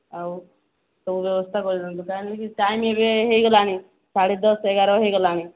ଆଉ ସବୁ ବ୍ୟବସ୍ଥା କରିଦିଅନ୍ତୁ କାହିଁକି ଟାଇମ୍ ଏବେ ହୋଇଗଲାଣି ସାଢ଼େ ଦଶ ଏଗାର ହୋଇଗଲାଣି